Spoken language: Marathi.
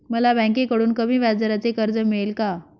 मला बँकेकडून कमी व्याजदराचे कर्ज मिळेल का?